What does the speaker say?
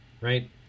right